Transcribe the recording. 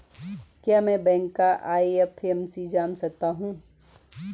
क्या मैं बैंक का आई.एफ.एम.सी जान सकता हूँ?